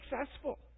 successful